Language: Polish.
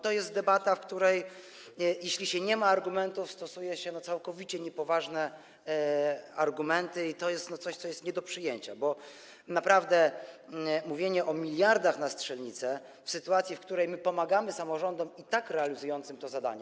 To jest debata, w której jeśli się nie ma argumentów, stosuje się całkowicie niepoważne argumenty, a to jest coś, co jest nie do przyjęcia, bo naprawdę mówienie o miliardach na strzelnice w sytuacji, w której pomagamy samorządom i tak realizującym to zadanie.